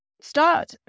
start